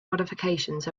modifications